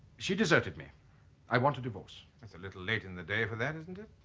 she deserted me i want to divorce it's a little late in the day for that isn't it?